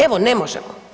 Evo ne možemo.